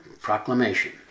proclamation